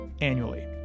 annually